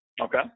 Okay